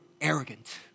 arrogant